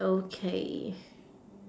okay